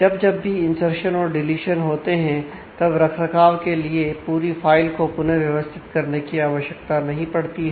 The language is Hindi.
जब जब भी इंर्सशन होते हैं तब रखरखाव के लिए पूरी फाइल को पुनः व्यवस्थित करने की आवश्यकता नहीं पड़ती है